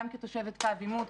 גם כתושבת קו עימות,